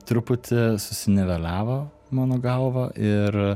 truputį susiniveliavo mano galva ir